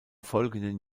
folgenden